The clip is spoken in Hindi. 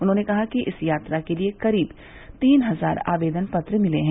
उन्होंने कहा कि इस यात्रा के लिये करीब तीन हज़ार आवेदन पत्र मिले हैं